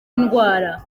indwara